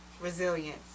resilience